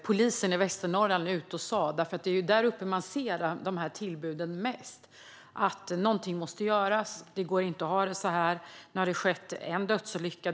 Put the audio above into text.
Polisen i Västernorrland, för det är ju där uppe man oftast ser de här tillbuden, gick ut och sa att någonting måste göras, för det går inte att ha det så här. Nu har det skett en dödsolycka.